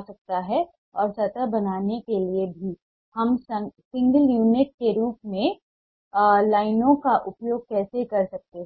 सकता है और सतह बनाने के लिए भी हम सिंगल यूनिट के रूप में लाइनों का उपयोग कैसे कर सकते हैं